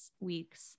week's